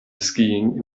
skiing